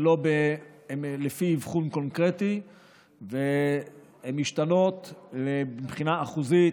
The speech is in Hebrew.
הן לפי אבחון קונקרטי והן מבחינה אחוזית,